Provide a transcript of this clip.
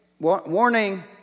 warning